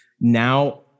Now